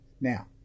Now